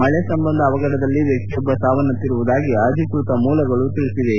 ಮಳೆ ಸಂಬಂಧ ಅವಘಡದಲ್ಲಿ ವ್ಯಕ್ತಿಯೊಬ್ಬ ಸಾವನ್ನಪಿರುವುದಾಗಿ ಅಧಿಕೃತ ಮೂಲಗಳು ಖಚಿತ ಪಡಿಸಿವೆ